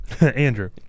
Andrew